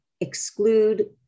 exclude